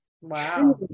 Wow